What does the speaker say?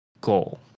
goal